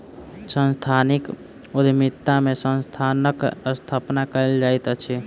सांस्थानिक उद्यमिता में संस्थानक स्थापना कयल जाइत अछि